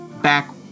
back